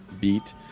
beat